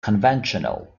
conventional